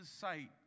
sight